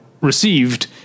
received